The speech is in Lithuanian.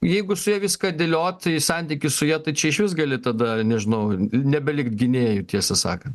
jeigu su ja viską dėliot į santykius su ja tai čia išvis gali tada nežinau nebelikt gynėju tiesą sakant